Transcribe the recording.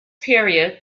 period